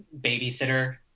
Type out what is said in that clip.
babysitter